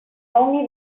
only